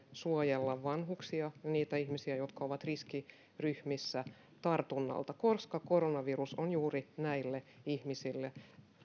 suojella vanhuksia niitä ihmisiä jotka ovat riskiryhmissä tartunnalta koska koronavirus on juuri näille ihmisille